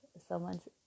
someone's